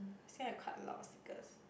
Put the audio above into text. still have quite a lot of stickers